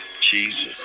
Jesus